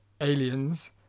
Aliens